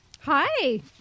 Hi